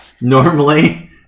normally –